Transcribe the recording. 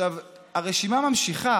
הרשימה נמשכת.